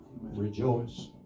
Rejoice